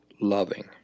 loving